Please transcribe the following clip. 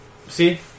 See